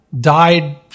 died